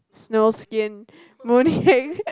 snow skin mooncake